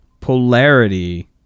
Polarity